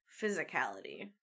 physicality